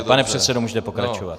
Pane předsedo, můžete pokračovat.